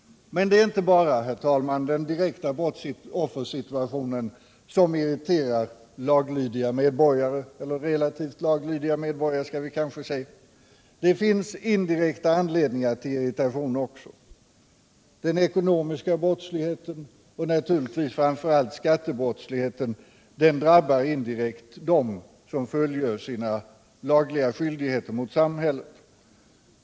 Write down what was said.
Men det är inte bara, herr talman, den direkta brottsoffersituationen som irriterar relativt laglydiga medborgare. Det finns indirekta anledningar till irritation också. Den ekonomiska brottsligheten och naturligtvis framför allt skattebrottsligheten drabbar indirekt dem som fullgör sina lagliga skyldigheter mot samhället.